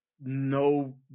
No